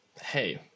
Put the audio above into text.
hey